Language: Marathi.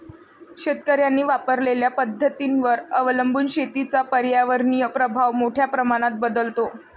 शेतकऱ्यांनी वापरलेल्या पद्धतींवर अवलंबून शेतीचा पर्यावरणीय प्रभाव मोठ्या प्रमाणात बदलतो